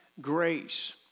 Grace